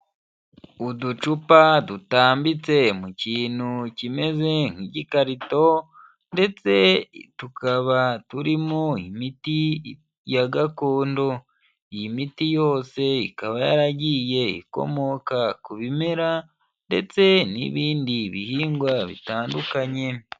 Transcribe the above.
Uducupa dutambitse mu kintu kimeze nk'igikarito ndetse tukaba turimo imiti ya gakondo, iyi miti yose ikaba yaragiye ikomoka ku bimera ndetse n'ibindi bihingwa bitandukanye.